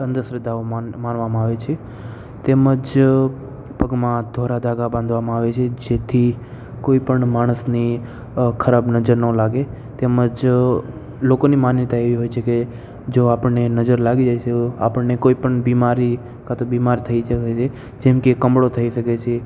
અંધશ્રદ્ધાઓ માન માનવામાં આવે છે તેમજ પગમાં દોરા ધાગા બાંધવામાં આવે છે જેથી કોઈપણ માણસની ખરાબ નજર ના લાગે તેમજ લોકોની માન્યતા એવી હોય છે કે જો આપણને નજર લાગી જાય તો આપણને કોઈપણ બીમારી કાં તો બીમાર થઈ જવાય જેમકે કમળો થઈ શકે છે